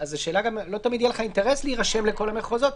לא תמיד יהיה לך אינטרס להירשם לכל המחוזות,